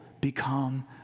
become